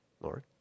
Lord